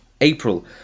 April